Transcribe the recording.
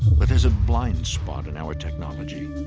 but there's a blind spot in our technology.